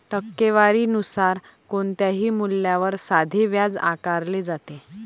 टक्केवारी नुसार कोणत्याही मूल्यावर साधे व्याज आकारले जाते